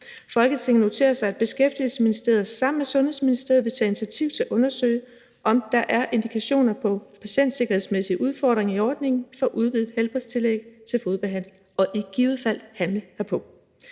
Folketinget noterer sig, at Beskæftigelsesministeriet sammen med Sundhedsministeriet vil tage initiativ til at undersøge, om der er indikationer på patientsikkerhedsmæssige udfordringer i ordningen for udvidet helbredstillæg til fodbehandling og i givet fald handle herpå.